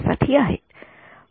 विद्यार्थीः संदर्भ वेळ 0७४४